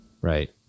Right